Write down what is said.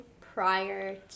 prior